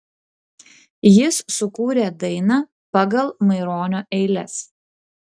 jis sukūrė dainą pagal maironio eiles